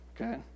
okay